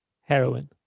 heroin